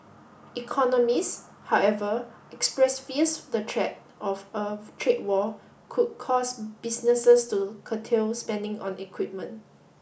economist however express fears the threat of a trade war could cause businesses to curtail spending on equipment